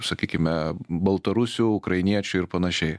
sakykime baltarusių ukrainiečių ir panašiai